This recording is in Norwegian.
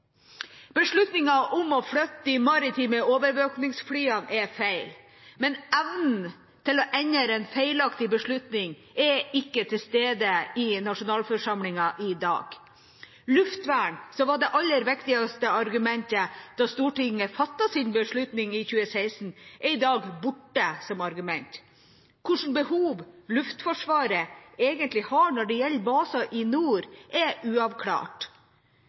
om å flytte de maritime overvåkingsflyene er feil, men evnen til å endre en feilaktig beslutning er ikke til stede i nasjonalforsamlingen i dag. Luftvern, som var det aller viktigste argumentet da Stortinget fattet sin beslutning i 2016, er i dag borte som argument. Hvilke behov Luftforsvaret egentlig har når det gjelder baser i nord, er uavklart.